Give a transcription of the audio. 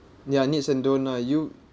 ya needs and don't ah you